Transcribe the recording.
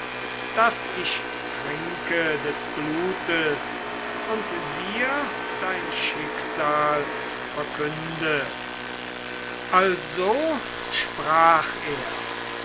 daß ich trinke des blutes und dir dein schicksal verkünde also sprach er